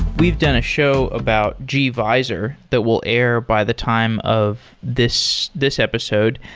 we've done a show about gvisor that will air by the time of this this episode.